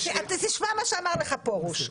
תשמע מה אמר לך פרוש.